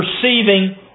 perceiving